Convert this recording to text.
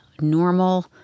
normal